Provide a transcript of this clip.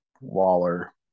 Waller